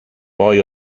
poi